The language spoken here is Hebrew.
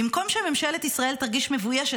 "במקום שממשלת ישראל תרגיש מבוישת,